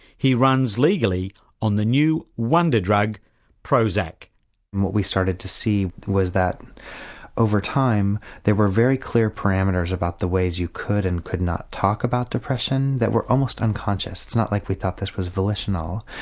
he runs legally on the new wonder drug prozac. and what we started to see was that over time there were very clear parameters about the ways you could and could not talk about depression that were almost unconscious, it's not like we thought this was volitional.